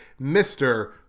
Mr